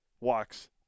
walks